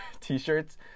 T-shirts